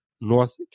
North